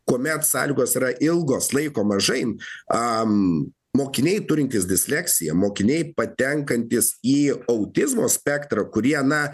kuomet sąlygos yra ilgos laiko mažai mokiniai turintys disleksiją mokiniai patenkantys į autizmo spektrą kurie na